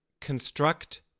construct